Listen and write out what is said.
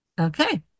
Okay